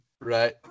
right